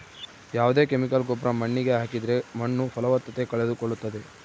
ಯಾವ್ದೇ ಕೆಮಿಕಲ್ ಗೊಬ್ರ ಮಣ್ಣಿಗೆ ಹಾಕಿದ್ರೆ ಮಣ್ಣು ಫಲವತ್ತತೆ ಕಳೆದುಕೊಳ್ಳುತ್ತದೆ